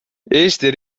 eesti